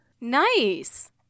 Nice